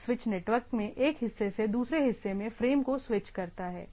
एक switch network में एक हिस्से से दूसरे हिस्से में फ्रेम को स्विच करता है